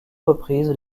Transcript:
reprises